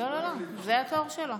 זה התור שלו.